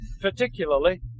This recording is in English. Particularly